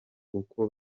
uko